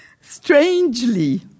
Strangely